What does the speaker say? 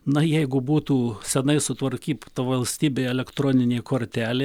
na jeigu būtų senai sutvarkyt ta valstybė elektroninė kortelė